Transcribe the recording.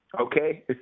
okay